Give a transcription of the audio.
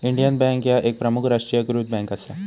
Indian bank ह्या एक प्रमुख राष्ट्रीयीकृत बँक असा